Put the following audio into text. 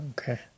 Okay